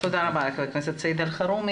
תודה רבה ח"כ סעיד אלחרומי.